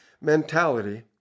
mentality